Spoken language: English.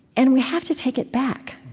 and we have to take it back,